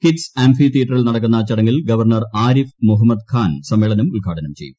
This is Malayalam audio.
കിറ്റ്സ് ആംഫി തിയേറ്ററിൽ നടക്കുന്ന ചടങ്ങിൽ ഗവർണർ ആരിഫ് മുഹമ്മദ് ഖാൻ സമ്മേളനം ഉദ്ഘാടനം ചെയ്യും